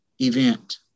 event